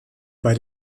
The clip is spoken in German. bei